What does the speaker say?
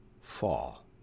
fall